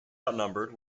outnumbered